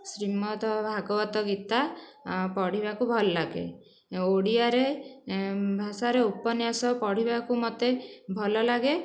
ଶ୍ରୀମତ ଭାଗବତ ଗୀତା ପଢ଼ିବାକୁ ଭଲ ଲାଗେ ଓଡ଼ିଆରେ ଭାଷାରେ ଉପନ୍ୟାସ ପଢ଼ିବାକୁ ମୋତେ ଭଲ ଲାଗେ